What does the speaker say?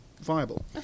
viable